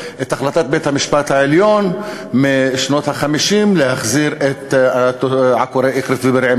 את החלטת בית-המשפט העליון משנות ה-50 להחזיר את עקורי אקרית ובירעם